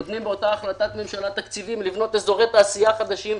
נותנים באותה החלטת ממשלה תקציבים לבנות אזורי תעשייה חדשים?